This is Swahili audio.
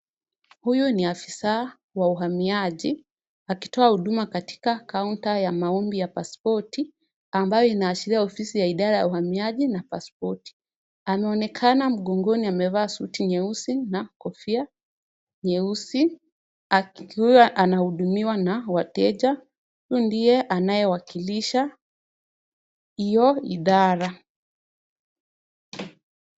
Huyu ni afisa wa uhamiaji akitoa huduma katika kaunda ya maombi ya pasipoti. ambayo inawashiria ofisi ya idara ya uhamiaji na pasipoti anaonekana mgongoni amevaa suti nyeusi na kofia nyeusi. akiwa anahudimiwa na wateja huyu ndie anawakilisha iyo idara.